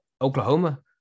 Oklahoma